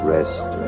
Rest